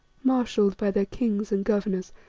marshalled by their kings and governors,